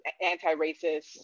anti-racist